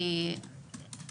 כי